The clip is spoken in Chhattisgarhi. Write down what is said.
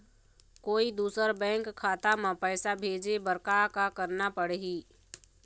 कोई दूसर बैंक खाता म पैसा भेजे बर का का करना पड़ही?